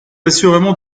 assurément